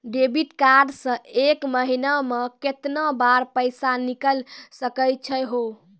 Debit card से एक महीना मा केतना बार पैसा निकल सकै छि हो?